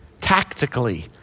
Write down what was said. tactically